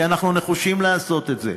כי אנחנו נחושים לעשות את זה,